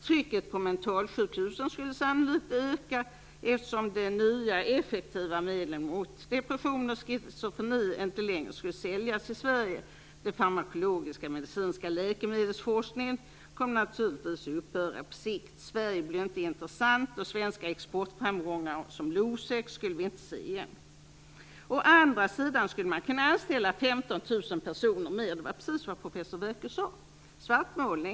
Trycket på mentalsjukhusen skulle sannolikt öka, eftersom de nya effektiva medlen mot depressioner och schizofreni inte längre skulle säljas i Sverige. Den farmakologiska medicinska läkemedelsforskningen kommer naturligtvis att upphöra på sikt. Sverige blir inte intressant, och svenska exportframgångar som Losec skulle vi inte se igen. Å andra sidan skulle man kunna anställa 15 000 personer ytterligare. Det var precis vad professor Werkö sade. Är detta svartmålning?